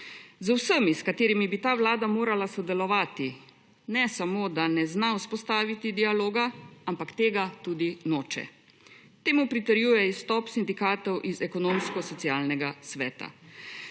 Z vsemi s katerimi bi ta Vlada morala sodelovati, ne samo, da ne zna vzpostaviti dialoga, ampak tega tudi noče. Temu pritrjuje izstop sindikatov iz Ekonomsko-socialnega sveta.